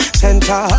center